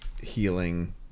healing